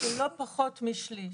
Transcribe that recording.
לא פחות משליש,